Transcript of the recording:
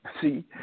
See